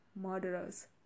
murderers